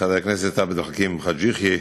חבר הכנסת עבד אל חכים חאג' יחיא,